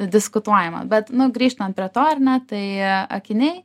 diskutuojama bet nu grįžtant prie to ar ne tai akiniai